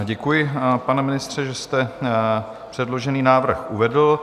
Děkuji, pane ministře, že jste předložený návrh uvedl.